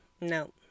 no